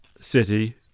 city